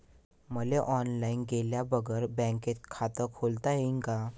मले ऑनलाईन गेल्या बगर बँकेत खात खोलता येईन का?